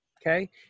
Okay